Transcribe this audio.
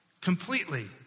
Completely